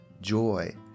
joy